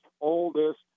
oldest